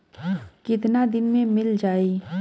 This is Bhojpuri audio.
कितना दिन में मील जाई?